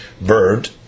bird